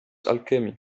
alchemy